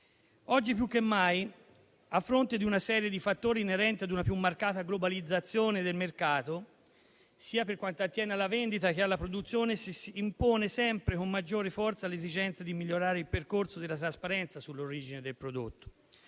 Oggi più che mai, a fronte di una serie di fattori inerenti ad una più marcata globalizzazione del mercato, sia per quanto attiene alla vendita che alla produzione, si impone sempre con maggior forza, l'esigenza di migliorare il percorso della trasparenza sull'origine del prodotto,